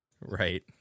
Right